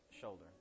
shoulder